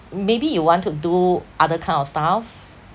maybe you want to do other kind of stuff